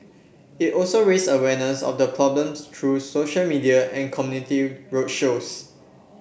it also raised awareness of the problem through social media and community road shows